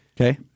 Okay